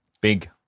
Big